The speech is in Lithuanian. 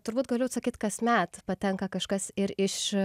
turbūt galiu atsakyti kasmet patenka kažkas ir iš